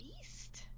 Beast